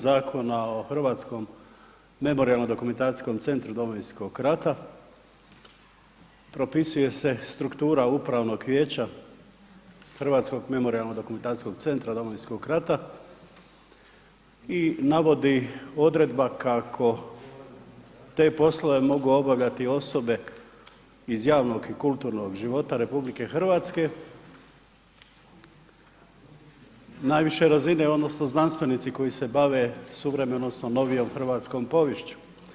Zakona o Hrvatsko memorijalno-dokumentacijskom centru Domovinskog rata propisuje se struktura Upravnog vijeća Hrvatskog memorijalno-dokumentacijskog centra Domovinskog rata i navodi odredba kako te poslove mogu obavljati osobe iz javnog i kulturnog života RH, najviše razine odnosno znanstvenici koji se bave suvremenom odnosno novijom hrvatskom poviješću.